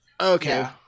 Okay